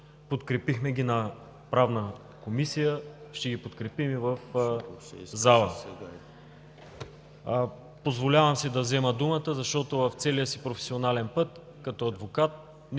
подкрепихме ги в Правната комисия, ще ги подкрепим и в залата. Позволявам си да взема думата, защото в целия си професионален път като адвокат